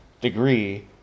degree